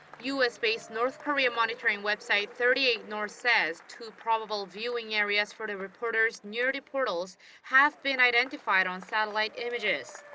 u s based north korea monitoring website, thirty eight north says two probable viewing areas for the reporters near the portals have been identified on satellite images.